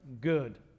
good